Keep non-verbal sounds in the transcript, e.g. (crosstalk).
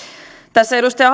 tässä edustaja (unintelligible)